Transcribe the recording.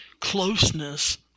closeness